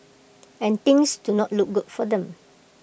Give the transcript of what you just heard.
and things do not look good for them